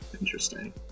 interesting